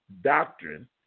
doctrine